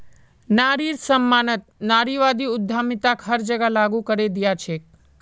नारिर सम्मानत नारीवादी उद्यमिताक हर जगह लागू करे दिया छेक